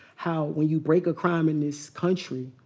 how when you break a crime in this country,